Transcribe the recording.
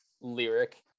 lyric